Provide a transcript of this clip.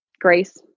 grace